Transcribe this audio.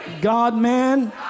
God-man